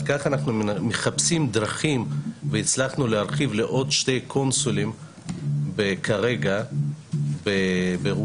לכן אנחנו מחפשים דרכים והצלחנו להרחיב לעוד שני קונסולים כרגע ברוסיה.